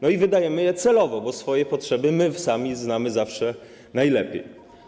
No i wydajemy je celowo, bo swoje potrzeby my sami znamy zawsze najlepiej.